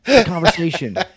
Conversation